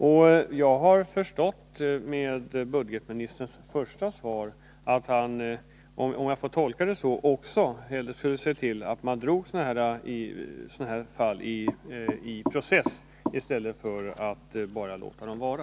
Får jag tolka budgetministerns svar så, att budgetministern också helst skulle se att man förde frågor av detta slag till process i stället för att bara låta dem vara?